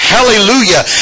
Hallelujah